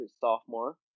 sophomore